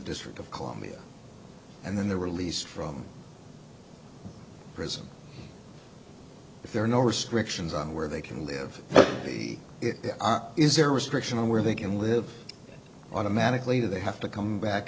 district of columbia and then the release from prison there are no restrictions on where they can live he is there restriction on where they can live automatically they have to come back